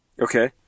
Okay